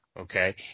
Okay